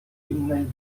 innej